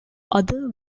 other